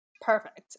Perfect